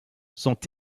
sont